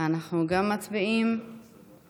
אחד בעד,